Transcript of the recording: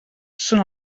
són